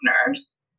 partners